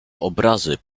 obrazy